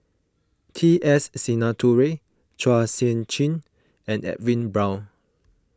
T S Sinnathuray Chua Sian Chin and Edwin Brown